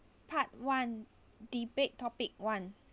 part one debate topic one